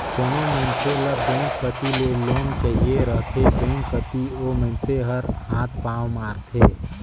कोनो मइनसे ल बेंक कती ले लोन चाहिए रहथे बेंक कती ओ मइनसे हर हाथ पांव मारथे